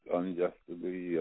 unjustly